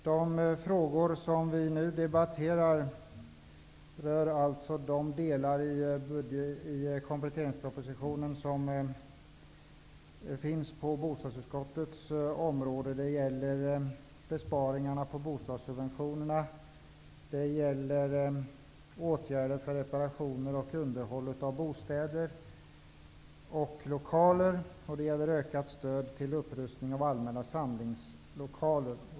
De frågor som vi nu debatterar rör alltså de delar i kompletteringspropositionen som hör till bostadsutskottets område. Det gäller besparingarna på bostadssubventionerna. Det gäller åtgärder för reparationer och underhåll av bostäder och lokaler, och det gäller ökat stöd till upprustning av allmänna samlingslokaler.